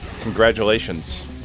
Congratulations